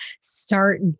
start